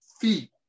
feet